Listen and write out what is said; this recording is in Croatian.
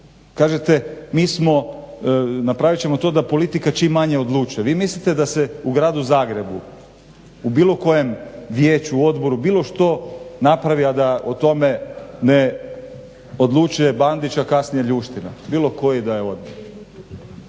kažete mi smo, napravit ćemo to da politika čim manje odlučuje. Vi mislite da se u gradu Zagrebu u bilo kojem vijeću, odboru bilo što napravi, a da o tome ne odlučuje Bandić, a kasnije Ljuština, bilo koji da je ….